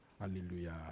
Hallelujah